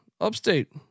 Upstate